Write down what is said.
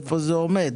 איפה זה עומד?